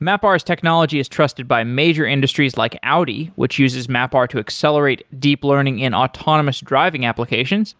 mapr's technology is trusted by major industries like audi, which uses mapr to accelerate deep learning in autonomous driving applications.